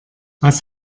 was